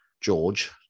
George